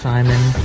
Simon